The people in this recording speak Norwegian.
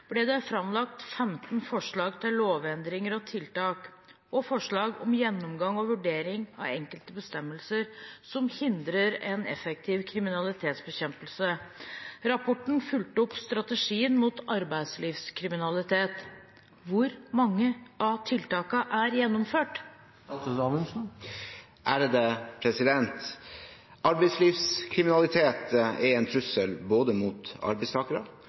ble det fremlagt 15 forslag til lovendringer og tiltak, og forslag om gjennomgang og vurdering av enkelte bestemmelser, som hindrer en effektiv kriminalitetsbekjempelse. Rapporten fulgte opp strategien mot arbeidslivskriminalitet. Hvor mange av tiltakene er gjennomført?» Arbeidslivskriminalitet er en trussel mot både arbeidstakere,